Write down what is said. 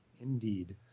Indeed